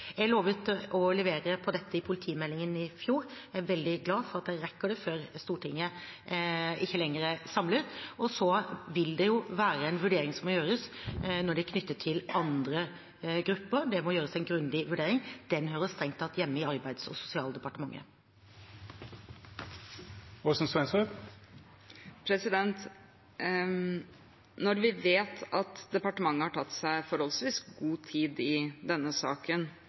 Jeg lovet i fjor å levere på dette i politimeldingen. Jeg er veldig glad for at jeg rekker det mens Stortinget fremdeles er samlet. Og så vil det være en vurdering som må gjøres når det gjelder andre grupper. Det må gjøres en grundig vurdering; den hører strengt tatt hjemme i Arbeids- og sosialdepartementet. Når vi vet at departementet har tatt seg forholdsvis god tid i denne saken